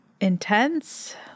intense